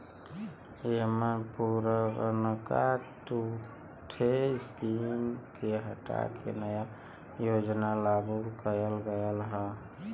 एमन पुरनका दूठे स्कीम के हटा के नया योजना लागू करल गयल हौ